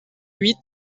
huit